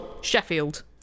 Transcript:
Sheffield